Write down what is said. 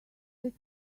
that